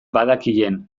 badakien